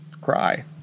cry